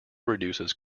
reduces